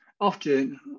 often